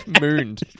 mooned